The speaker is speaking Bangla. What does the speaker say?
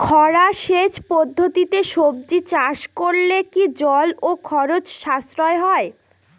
খরা সেচ পদ্ধতিতে সবজি চাষ করলে কি জল ও খরচ সাশ্রয় হয়?